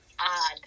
odd